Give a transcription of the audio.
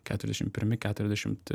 keturiasdešim pirmi keturiasdešimt